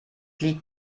lied